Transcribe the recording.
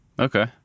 Okay